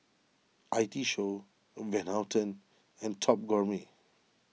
I T Show Van Houten and Top Gourmet